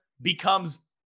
becomes